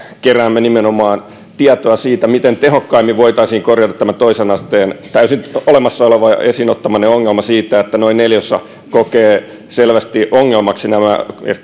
keräämme nimenomaan tietoa siitä miten tehokkaimmin voitaisiin korjata tämä toisen asteen täysin olemassa oleva ja esiin ottamanne ongelma siitä että noin neljäsosa kokee selvästi ongelmaksi nämä